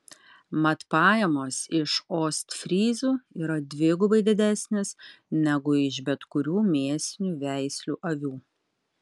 mat pajamos iš ostfryzų yra dvigubai didesnės negu iš bet kurių mėsinių veislių avių